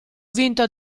vinto